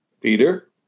Peter